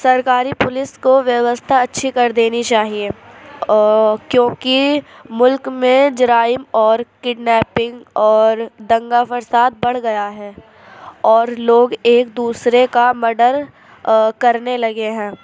سرکاری پولیس کو ویوستھا اچھی كر دینی چاہیے كیونكہ مُلک میں جرائم اور كڈنیپنگ اور دنگا فساد بڑھ گیا ہے اور لوگ ایک دوسرے کا مڈر کرنے لگے ہیں